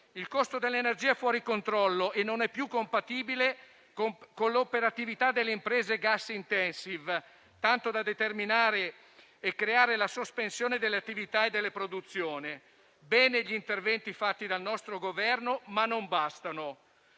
Il costo dell'energia è fuori controllo e non è più compatibile con l'operatività delle imprese *gas intensive*, tanto da determinare e creare la sospensione delle attività e delle produzioni. Vanno bene gli interventi fatti dal nostro Governo, ma non bastano.